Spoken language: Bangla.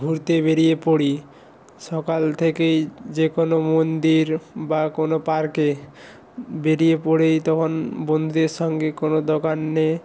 ঘুরতে বেরিয়ে পড়ি সকাল থেকেই যে কোনো মন্দির বা কোনো পার্কে বেরিয়ে পড়েই তখন বন্ধুদের সঙ্গে কোনো দোকানে